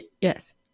yes